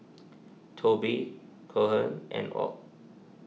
Toby Cohen and Ott